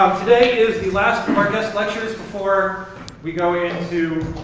today is the last of our guest lectures before we go into,